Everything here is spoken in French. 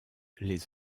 les